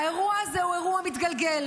האירוע הזה הוא אירוע מתגלגל,